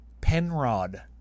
Penrod